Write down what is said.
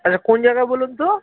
আচ্ছা কোন জায়গায় বলুন তো